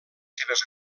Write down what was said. seves